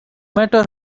matter